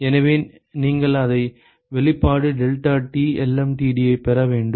எனவே நீங்கள் அதே வெளிப்பாடு deltaTlmtd ஐப் பெற வேண்டும்